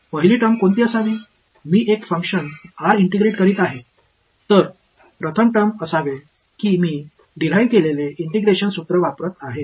நான் ஒரு செயல்பாடு r ஐ ஒருங்கிணைக்கிறேன் எனவே முதல் வெளிப்பாடாக நான் பெற்ற ஒருங்கிணைப்பு சூத்திரத்தைப் பயன்படுத்துகிறேன்